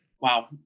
Wow